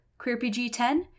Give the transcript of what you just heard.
QueerPG10